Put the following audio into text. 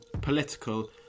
political